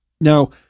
Now